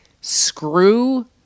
screw